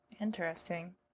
Interesting